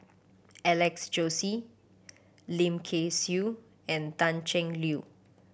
Alex Josey Lim Kay Siu and Pan Cheng Lui